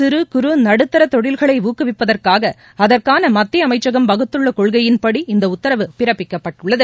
சிறு குறு நடுத்தர தொழில்களை ஊக்குவிப்பதற்காக அதற்கான மத்திய அமைச்சகம் வகுத்துள்ள கொள்கையின்படி இந்த உத்தரவு பிறப்பிக்கப் பட்டுள்ளது